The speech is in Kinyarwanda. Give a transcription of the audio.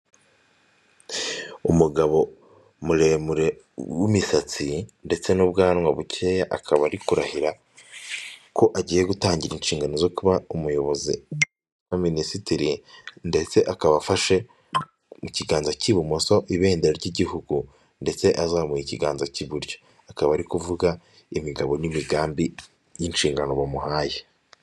Umugabo muremure w'imisatsi ndetse n'ubwanwa bukeya, akaba ari kurahira ko agiye gutangira inshingano zo kuba umuyobozi, aba minisitiri, ndetse akaba afashe mu kiganza cy'ibumoso ibendera ry'igihugu, ndetse azamuye ikiganza cy'iburyo. Akaba ari kuvuga imigabo n'imigambi y'inshingano bamuhaye.